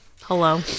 Hello